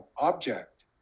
object